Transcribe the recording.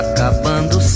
Acabando